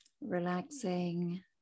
Relaxing